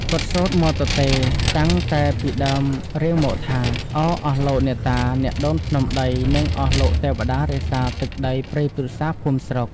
គាត់សូត្រមាត់ទទេ តាំងតែពីដើមរៀងមកថា: “ឱ ! អស់លោកអ្នកតា អ្នកដូនភ្នំដី និងអស់លោកទេព្ដារក្សាទឹកដីព្រៃព្រឹក្សា ភូមិស្រុក